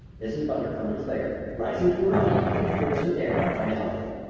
mrs. bundercombe declared, rising to her feet with a fearsome air of finality.